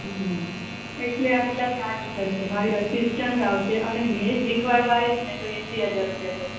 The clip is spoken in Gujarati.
હ એટલે આટલા ચાર્જ થસે મારી અસિસન્ટ આવશે અને મેજ શીખવાડવા આવીશ ને તો એંશી હજાર રૂપિયા થશે